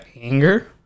anger